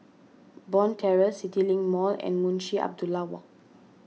Bond Terrace CityLink Mall and Munshi Abdullah Walk